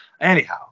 Anyhow